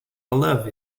love